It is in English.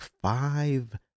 five